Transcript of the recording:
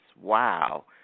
Wow